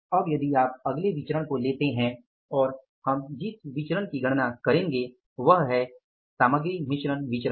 अब यदि आप अगले विचरण को लेते हैं और हम जिस विचरण की गणना करेंगे वह है सामग्री मिश्रण विचरण